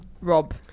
Rob